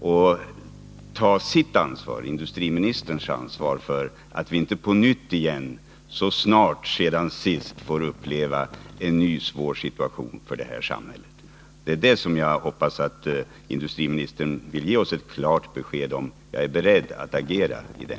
Industriministern har då alltså anledning att ta sitt ansvar för att det här samhället inte på nytt, så snart inpå det som senast hänt, får uppleva en ny svår situation. Jag hoppas att industriministern vill ge oss klart besked om att han är beredd att göra det.